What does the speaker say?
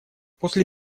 после